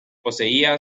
poseía